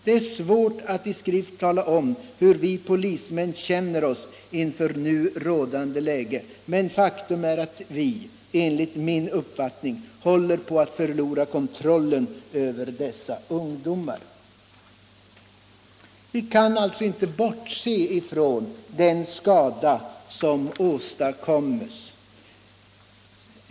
Det är svårt att i skrift tala om hur vi polismän känner oss inför nu rådande läge men faktum är att vi, enligt min uppfattning, håller på att förlora kontrollen över dessa ungdomar.” Vi kan alltså inte bortse från den skada som åstadkommes.